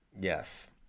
Yes